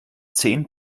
zehn